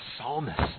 psalmist